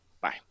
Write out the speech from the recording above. Bye